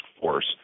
Force